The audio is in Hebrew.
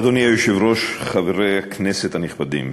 אדוני היושב-ראש, חברי הכנסת הנכבדים,